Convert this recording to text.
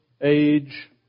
age